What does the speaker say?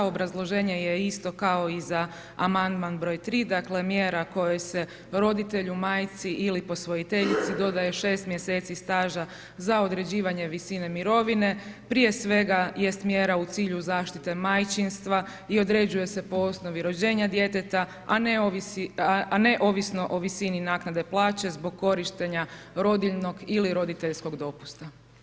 Obrazloženje je isto kao i za amandman broj 3. dakle mjera kojoj se roditelju, majci ili posvojiteljici dodaje 6 mj. staža za određivanje visine mirovine, prije svega jest mjera u cilju zaštite majčinstva i određuje se po osnovi rođenja djeteta a neovisno o visini naknade plaće zbog korištenja rodiljnog ili roditeljskog dopusta.